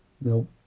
no